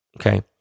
okay